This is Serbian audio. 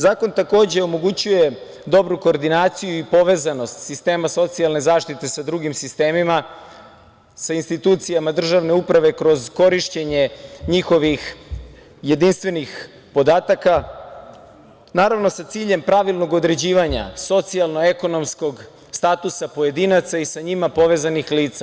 Zakon takođe omogućuje dobru koordinaciju i povezanost sistema socijalne zaštite sa drugim sistemima, sa institucijama državne uprave kroz korišćenje njihovih jedinstvenih podataka, naravno, sa ciljem pravilnog određivanja socijalno-ekonomskog statusa pojedinaca i sa njima povezanih lica.